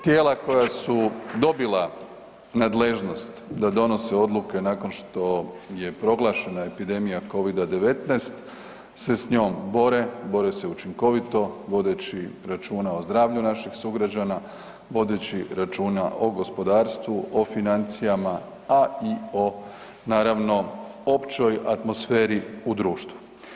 Tijela koja su dobila nadležnost da donose odluke nakon što je proglašena epidemija Covida-19 se s njom bore, bore se učinkovito vodeći računa o zdravlju naših sugrađana, vodeći računa o gospodarstvu, o financijama, a i o naravno općoj atmosferi u društvu.